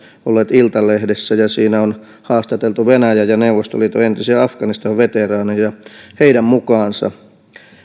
olleet iltalehdessä ja siinä on haastateltu venäjän ja ja neuvostoliiton entisiä afganistan veteraaneja heidän mukaansa